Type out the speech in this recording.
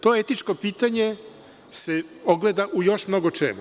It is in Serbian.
To etičko pitanje se ogleda u još mnogo čemu.